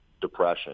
depression